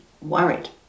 worried